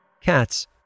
cats